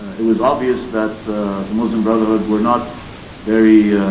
it was obvious that the muslim brotherhood were not very,